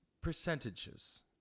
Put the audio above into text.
percentages